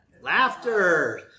laughter